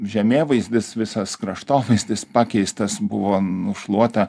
žemėvaizdis visas kraštovaizdis pakeistas buvo nušluota